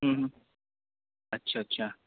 अच्छा अच्छा